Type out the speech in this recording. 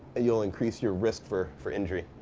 you'll increase your risk for for injury.